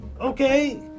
okay